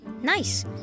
Nice